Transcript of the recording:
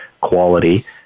quality